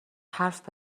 حرف